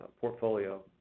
portfolio